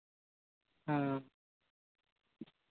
ᱦᱮᱸ